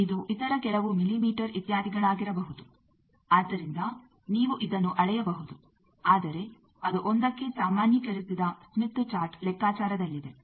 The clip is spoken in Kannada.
ಇದು ಇತರ ಕೆಲವು ಮಿಲಿಮೀಟರ್ ಇತ್ಯಾದಿಗಳಾಗಿರಬಹುದು ಆದ್ದರಿಂದ ನೀವು ಇದನ್ನು ಅಳೆಯಬಹುದು ಆದರೆ ಅದು 1ಕ್ಕೆ ಸಾಮಾನ್ಯೀಕರಿಸಿದ ಸ್ಮಿತ್ ಚಾರ್ಟ್ ಲೆಕ್ಕಾಚಾರದಲ್ಲಿದೆ